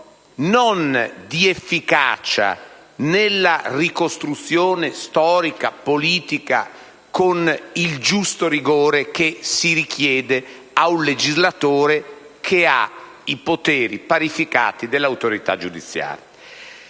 non di efficacia, nella ricostruzione storica e politica, con il giusto rigore che si richiede a un legislatore che ha i poteri dell'autorità giudiziaria.